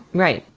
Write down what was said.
right,